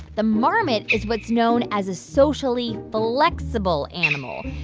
the marmot is what's known as a socially flexible animal,